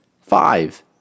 Five